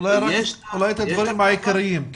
אולי את הדברים העיקריים.